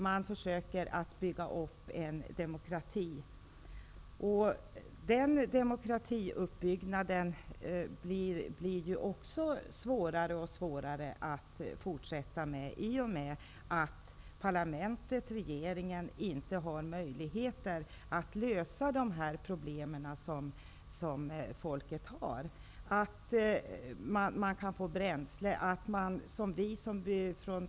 Man försöker bygga upp en demokrati. Uppbyggnaden av demokratin blir allt svårare i och med att parlament och regering inte har möjligheter att lösa folkets problem. Det gäller t.ex. att få bränsle.